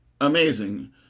amazing